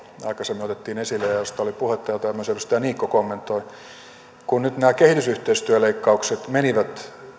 aikaisemmin otettiin esille ja josta oli puhetta ja jota myös edustaja niikko kommentoi kun nyt nämä kehitysyhteistyöleikkaukset menivät